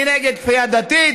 אני נגד כפייה דתית